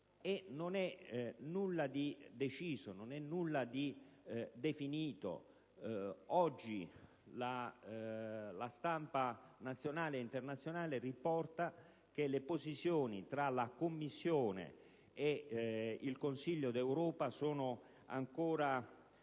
Non c'è nulla di deciso, non c'è nulla di definito. Oggi la stampa nazionale e internazionale riporta che le posizioni tra la Commissione e il Consiglio europeo sono ancora